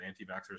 anti-vaxxers